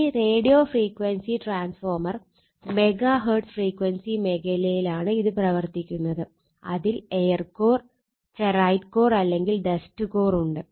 ഇനി radio frequency transformer megahertz frequency മേഖലയിലാണ് ഇത് പ്രവർത്തിക്കുന്നത് അതിൽ എയർ കോർ ഫെറൈറ്റ് കോർ അല്ലെങ്കിൽ ഡസ്റ്റ് കോർ ഉണ്ട്